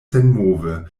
senmove